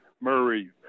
Murray